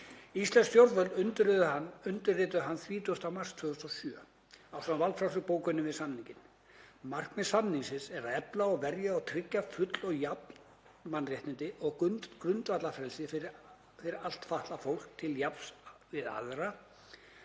Íslensk stjórnvöld undirrituðu hann 30. mars 2007 ásamt valfrjálsri bókun við samninginn. Markmið samningsins er að efla, verja og tryggja full og jöfn mannréttindi og grundvallarfrelsi fyrir allt fatlað fólk til jafns við aðra,